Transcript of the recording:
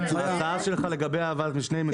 ההצעה שלך לגבי ועדת משנה היא מצוינת.